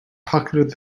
pocketed